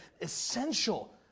essential